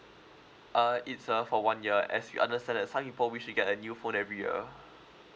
uh it's uh for one year as you understand that some people wish to get a new phone every year